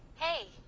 hey,